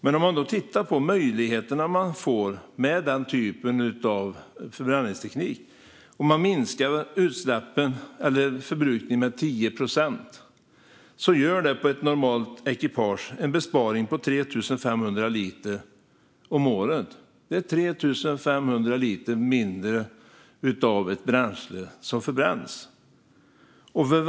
Man kan titta på de möjligheter som man får med denna typ av förbränningsteknik. Om man minskar förbrukningen med 10 procent innebär det en besparing på 3 500 liter per år på ett normalt ekipage. 3 500 liter mindre bränsle förbränns alltså.